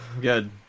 good